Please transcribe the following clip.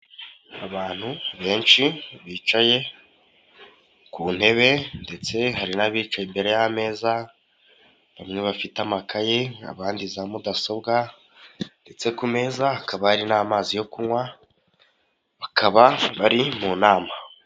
Abantu benshi bicaye ku ntebe ndetse hari n'abicaye imbere y'ameza bamwe bafite amakaye. abandi za mudasobwa ndetse ku meza hakaba ari n'amazi yo kunywa bakaba bari mu nama.